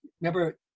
remember